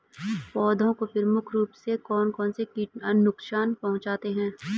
पौधों को प्रमुख रूप से कौन कौन से कीट नुकसान पहुंचाते हैं?